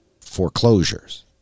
foreclosures